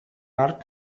arc